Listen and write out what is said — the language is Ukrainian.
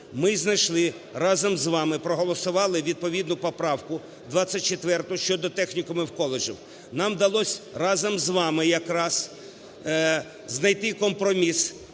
Ми знайшли, разом з вами проголосували відповідну поправку, 24-у, щодо технікумів і коледжів. Нам вдалося разом з вами якраз знайти компроміс,